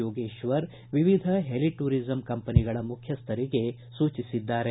ಯೋಗೇಶ್ವರ ವಿವಿಧ heli tourism ಕಂಪನಿಗಳ ಮುಖ್ಯಸ್ಥರಿಗೆ ಸೂಚಿಸಿದ್ದಾರೆ